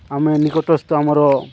ଆମେ ନିକଟସ୍ଥ ଆମର